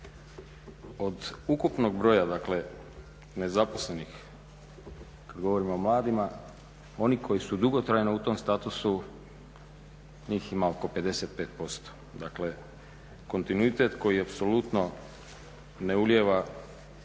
Od ukupnog broja dakle nezaposlenih kad govorimo o mladima oni koji su dugotrajno u tom statusu njih ima oko 55%. Dakle, kontinuitet koji apsolutno ne ulijeva